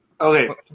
Okay